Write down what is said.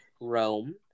Rome